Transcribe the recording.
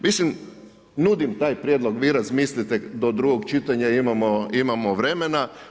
Mislim, nudim taj prijedlog, vi razmislite do drugog čitanja imamo vremena.